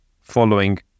following